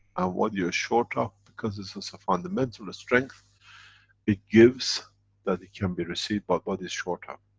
what you're a short of, because it's. it's a fundamental strength it gives that he can be received, but what is short of.